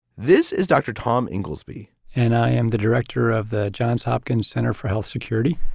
this is dr. tom inglesby and i am the director of the johns hopkins center for health security,